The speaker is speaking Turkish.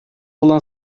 olan